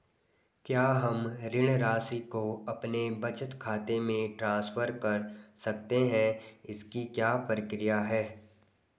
क्या हम ऋण राशि को अपने बचत खाते में ट्रांसफर कर सकते हैं इसकी क्या प्रक्रिया है?